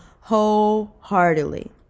wholeheartedly